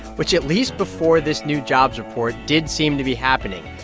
which at least before this new jobs report did seem to be happening.